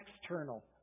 external